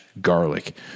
garlic